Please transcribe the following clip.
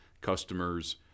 customers